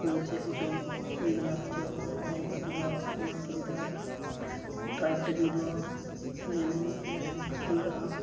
ᱠᱚ ᱪᱮᱫ ᱠᱚᱪᱚᱝ ᱦᱩᱭᱠᱟᱱᱟ ᱪᱮ ᱚᱱᱟᱠᱚ ᱩᱫᱩᱜᱟ ᱚᱱᱟ ᱩᱥᱩᱞᱛᱮ ᱴᱨᱟᱭᱤᱵ ᱴᱤ ᱵᱤ ᱫᱚ ᱧᱮᱞᱟᱹᱧ ᱟᱹᱰᱤ ᱟᱸᱴᱤᱧ ᱠᱩᱥᱤᱭᱟᱜᱼᱟ